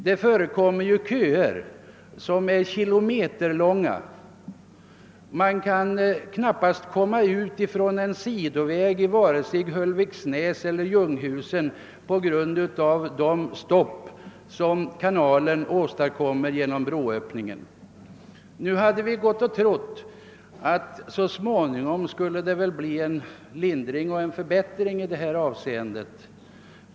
Det förekommer kilometerlånga köer, och man kan knappast komma ut från en sidoväg vare sig i Höllviksnäs eller i Ljunghusen på grund av det stopp som broöppningar åstadkommer. Nu hade vi trott att det så småningom skulle bli en lindring.